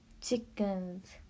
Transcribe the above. chickens